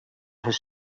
his